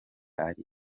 ari